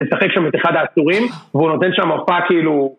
משחק שם את אחד העצורים, והוא נותן שם הרפאה כאילו...